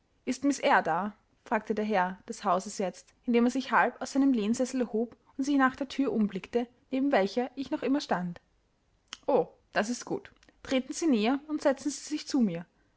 ist miß eyre da fragte der herr des hauses jetzt indem er sich halb aus seinem lehnsessel erhob und sich nach der thür umblickte neben welcher ich noch immer stand o das ist gut treten sie näher und setzen sie sich zu mir